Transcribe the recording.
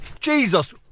Jesus